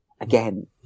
Again